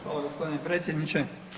Hvala gospodine predsjedniče.